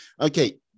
okay